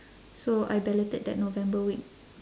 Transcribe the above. so I balloted that november week